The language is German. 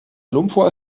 lumpur